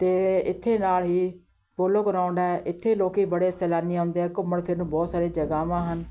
ਅਤੇ ਇੱਥੇ ਨਾਲ਼ ਹੀ ਪੋਲੋ ਗਰਾਊਂਡ ਹੈ ਇੱਥੇ ਲੋਕ ਬੜੇ ਸੈਲਾਨੀ ਆਉਂਦੇ ਆ ਘੁੰਮਣ ਫਿਰਨ ਬਹੁਤ ਸਾਰੀ ਜਗ੍ਹਾਵਾਂ ਹਨ